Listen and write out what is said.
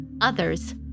Others